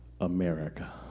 America